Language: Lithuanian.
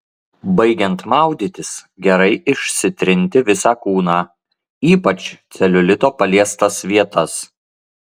baigiant maudytis gerai išsitrinti ir visą kūną ypač celiulito paliestas vietas